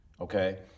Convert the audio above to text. Okay